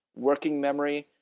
working memory,